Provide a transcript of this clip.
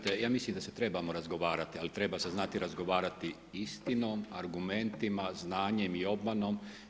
Gledajte, ja mislim da se trebamo razgovarati, ali treba se znati razgovarati istinom, argumentima, znanjem i obmanom.